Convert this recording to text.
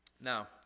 Now